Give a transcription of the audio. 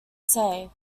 say